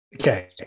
Okay